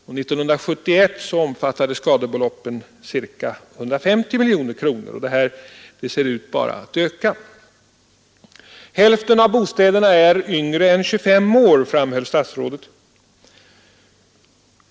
År 1971 omfattade skadebeloppen ca 150 miljoner kronor, och det ser ut som om denna utveckling bara fortsätter. Hälften av bostäderna är yngre än 25 år, framhöll statsrådet Holmqvist.